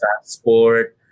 transport